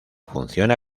funciona